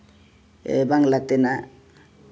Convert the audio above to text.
ᱵᱟᱝᱞᱟ ᱛᱮᱱᱟᱜ